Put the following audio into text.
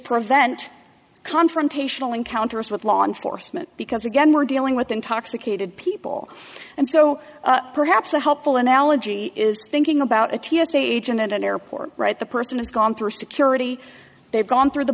prevent confrontational encounters with law enforcement because again we're dealing with intoxicated people and so perhaps a helpful analogy is thinking about a t s a agent in an airport right the person who's gone through security they've gone through the